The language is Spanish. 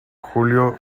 julio